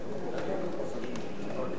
כרטיסי חיוב (תיקון,